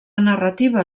narrativa